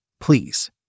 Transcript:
please